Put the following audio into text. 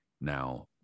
now